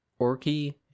orky